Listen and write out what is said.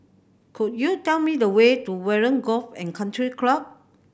could you tell me the way to Warren Golf and Country Club